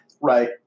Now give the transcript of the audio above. Right